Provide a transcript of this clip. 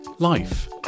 life